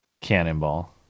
cannonball